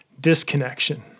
disconnection